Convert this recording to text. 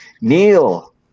Neil